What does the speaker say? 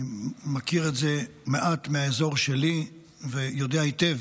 אני מכיר את זה מעט מהאזור שלי ויודע היטב